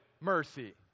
Mercy